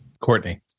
Courtney